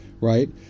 right